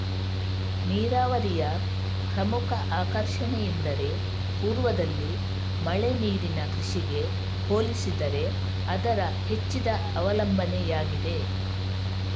ನೀರಾವರಿಯ ಪ್ರಮುಖ ಆಕರ್ಷಣೆಯೆಂದರೆ ಪೂರ್ವದಲ್ಲಿ ಮಳೆ ನೀರಿನ ಕೃಷಿಗೆ ಹೋಲಿಸಿದರೆ ಅದರ ಹೆಚ್ಚಿದ ಅವಲಂಬನೆಯಾಗಿದೆ